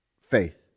faith